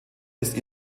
ist